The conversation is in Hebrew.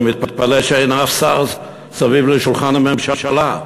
אני מתפלא שאין אף שר סביב שולחן הממשלה.